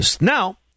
Now